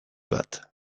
bat